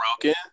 broken